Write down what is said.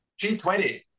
G20